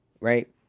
right